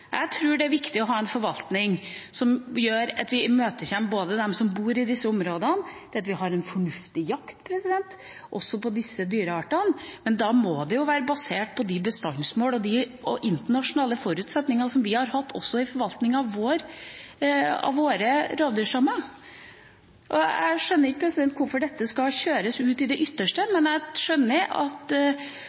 Jeg tror det er viktig å ha en forvaltning som gjør at vi imøtekommer dem som bor i disse områdene, der vi har en fornuftig jakt også på disse dyreartene, men da må det være basert på de bestandsmål og de internasjonale forutsetninger som vi har hatt også i forvaltningen av våre rovdyrstammer. Og jeg skjønner ikke hvorfor dette skal kjøres ut i det ytterste, men jeg skjønner at